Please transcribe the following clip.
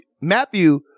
matthew